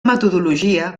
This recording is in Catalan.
metodologia